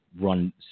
run